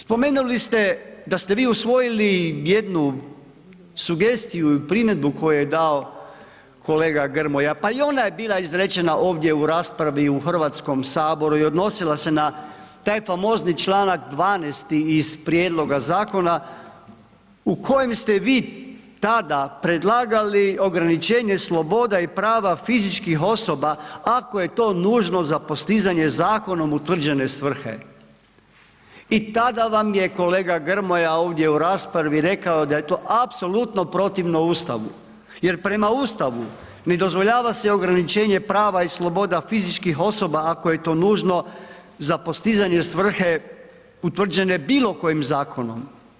Spomenuli ste da ste vi usvojili jednu sugestiju i primjedbu koju je dao kolega Grmoja, pa i ona je bila izrečena ovdje u raspravi u Hrvatskom Saboru i odnosila se na taj famozni članak 12. iz prijedloga zakona u kojem ste vi tada predlagali ograničenje sloboda i prava fizičkih osoba ako je to nužno za postizanje zakonom utvrđene svrhe i tada vam je i tada vam je kolega Grmoja ovdje u raspravi rekao da je to apsolutno protivno Ustavu jer prema Ustavu ne dozvoljava se ograničenje prava i sloboda fizičkih osoba, ako je to nužno za postizanje svrhe utvrđene bilo kojim zakonom.